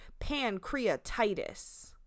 pancreatitis